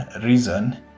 reason